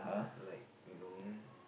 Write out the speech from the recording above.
like you know